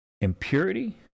impurity